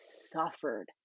suffered